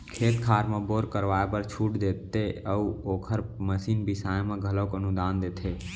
खेत खार म बोर करवाए बर छूट देते अउ ओखर मसीन बिसाए म घलोक अनुदान देथे